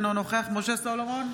אינו נוכח משה סולומון,